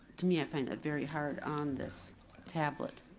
to me i find that very hard on this tablet.